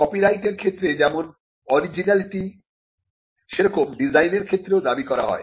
copyright এর ক্ষেত্রে যেমন অরিজিনালিটি ত্ব সেরকম ডিজাইনের ক্ষেত্রেও দাবি করা হয়